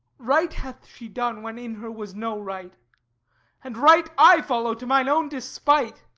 right hath she done when in her was no right and right i follow to mine own despite!